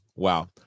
Wow